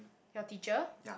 your teacher